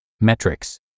metrics